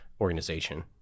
organization